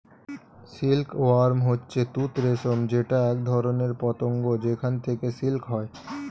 silk worm হচ্ছে তুত রেশম যেটা একধরনের পতঙ্গ যেখান থেকে সিল্ক হয়